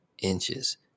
inches